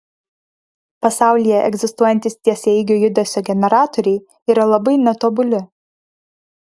pasaulyje egzistuojantys tiesiaeigio judesio generatoriai yra labai netobuli